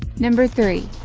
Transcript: number three